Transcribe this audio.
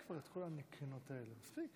כולנו היינו במתח מה יהיה,